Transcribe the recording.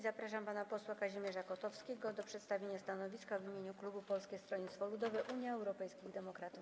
Zapraszam pana posła Kazimierza Kotowskiego do przedstawienia stanowiska w imieniu klubu Polskiego Stronnictwa Ludowego - Unii Europejskich Demokratów.